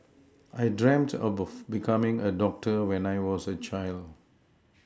I dreamt of becoming a doctor when I was a child